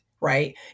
right